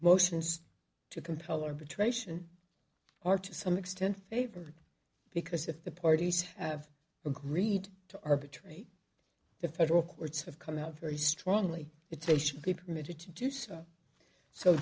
motions to compel arbitration or to some extent favor because if the parties have agreed to arbitrate the federal courts have come out very strongly it's a should be permitted to do so so